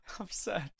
upset